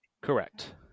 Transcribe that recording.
Correct